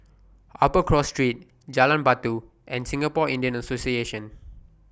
Upper Cross Street Jalan Batu and Singapore Indian Association